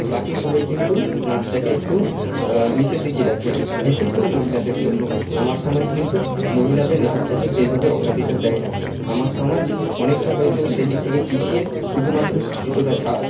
বাকি সবাই কিন্তু নাচটাকে একটু নিচের দিকে রাখে বিশেষ করে মহিলাদের জন্য আমার সমাজ কিন্তু মহিলাদের নাচটাকে সেইভাবে অগ্রাধিকার দেয় না আমার সমাজ অনেকটা হয়তো সেইদিক থেকে পিছিয়ে শুধুমাত্র শিক্ষিতরা ছাড়া